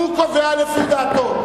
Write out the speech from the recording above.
הוא קובע לפי דעתו.